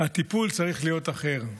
הטיפול צריך להיות אחר,